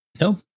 No